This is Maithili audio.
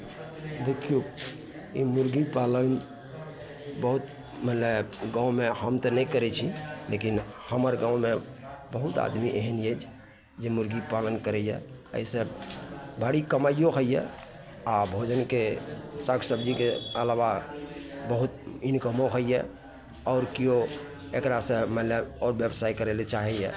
देखियौ ई मुर्गी पालन बहुत मने गाँवमे हम तऽ नहि करैत छी लेकिन हमर गाँवमे बहुत आदमी एहन अछि जे मुर्गी पालन करैए अइसे भारी कमाइयो होइए आ भोजनके साग सबजीके अलावा बहुत इनकमो होइए आओर केओ एकरा से मने आओर ब्यवसाय करै लए चाहैए